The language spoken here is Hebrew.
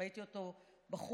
ראיתי אותו בחוץ,